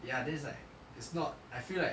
ya then it's like it's not I feel like